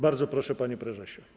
Bardzo proszę, panie prezesie.